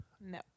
No